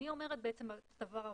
אני אומרת בעצם את הדבר הבא: